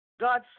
God